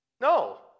No